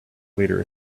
leader